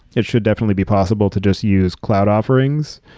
it should definitely be possible to just use cloud offerings,